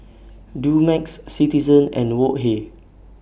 Dumex Citizen and Wok Hey